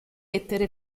lettere